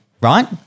Right